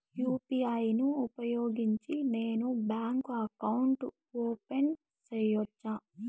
UPI ను ఉపయోగించి నేను బ్యాంకు అకౌంట్ ఓపెన్ సేయొచ్చా?